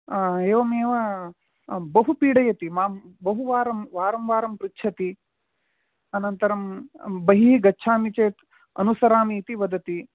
एवमेव बहु पीडयति मां बहुवारं वारं वारं पृच्छति अनन्तरं बहिः गच्छामि चेत् अनुसरामि इति वदति